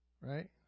right